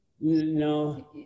no